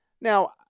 Now